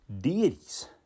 deities